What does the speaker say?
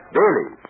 daily